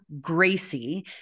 Gracie